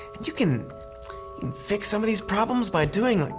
you can fix some of these problems by doing, like,